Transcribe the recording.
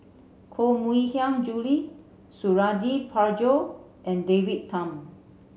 Koh Mui Hiang Julie Suradi Parjo and David Tham